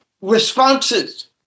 responses